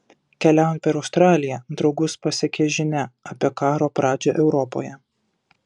keliaujant per australiją draugus pasiekia žinia apie karo pradžią europoje